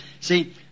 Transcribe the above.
see